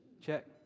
Check